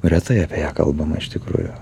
retai apie ją kalbama iš tikrųjų